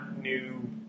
new